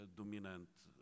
dominante